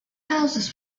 houses